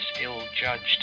ill-judged